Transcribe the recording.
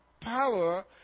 power